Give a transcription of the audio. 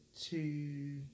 two